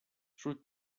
sul